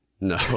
No